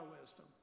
wisdom